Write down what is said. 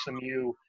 SMU